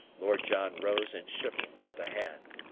lord john rose and shook him by the hand.